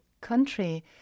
country